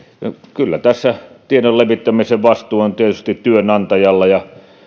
kyllä tässä tiedon levittämisen vastuu on tietysti työnantajilla ja